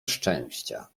szczęścia